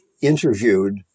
interviewed